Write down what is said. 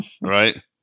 Right